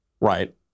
right